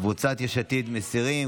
קבוצת יש עתיד מסירים.